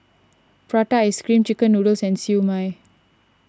Prata Ice Cream Chicken Noodles and Siew Mai